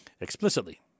Explicitly